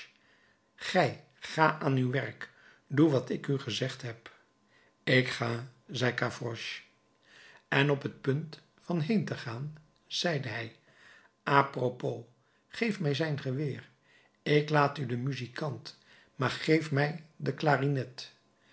ga aan uw werk doe wat ik u gezegd heb ik ga riep gavroche en op het punt van heen te gaan zeide hij apropos geef mij zijn geweer ik laat u den muzikant maar geef mij de klarinet